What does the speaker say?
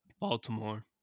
Baltimore